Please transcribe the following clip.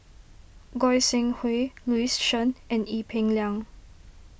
Goi Seng Hui Louis Chen and Ee Peng Liang